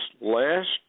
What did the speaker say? last